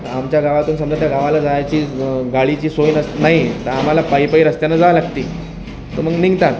आमच्या गावातून समजा त्या गावाला जायची गाडीची सोय नस नाही आम्हाला पायी पायी रस्त्यानं जावं लागतंय तर मग निघतात